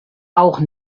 auch